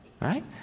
right